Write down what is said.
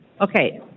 Okay